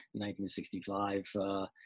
1965